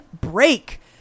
break